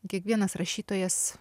kiekvienas rašytojas